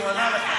אלי, הוא ענה לך.